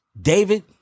David